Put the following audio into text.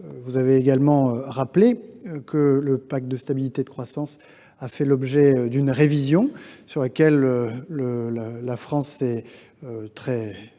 Vous avez également rappelé que le pacte de stabilité et de croissance a fait l’objet d’une révision, à propos de laquelle la France s’est